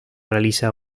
realiza